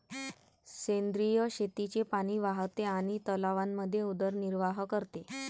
सेंद्रिय शेतीचे पाणी वाहते आणि तलावांमध्ये उदरनिर्वाह करते